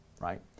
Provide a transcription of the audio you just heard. right